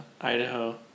idaho